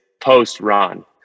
post-run